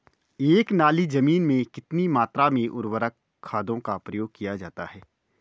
एक नाली जमीन में कितनी मात्रा में उर्वरक खादों का प्रयोग किया जाता है?